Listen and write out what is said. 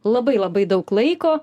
labai labai daug laiko